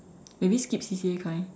maybe skip C_C_A kind